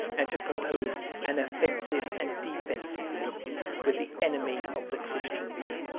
and to propose an offensive and defensive league with the enemy of the christian name.